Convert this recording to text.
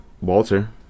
Walter